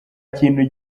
kintu